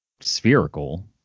spherical